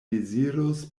dezirus